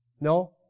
No